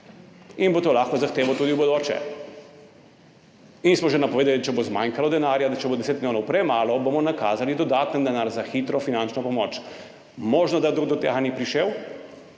in bo to lahko zahteval tudi v bodoče. In smo že napovedali, če bo zmanjkalo denarja, če bo 10 milijonov premalo, bomo nakazali dodaten denar za hitro finančno pomoč. Možno, da nekdo do tega ni prišel,